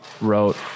wrote